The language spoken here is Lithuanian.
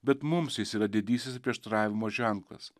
bet mums jis yra didysis prieštaravimo ženklas